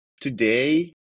today